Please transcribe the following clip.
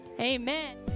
amen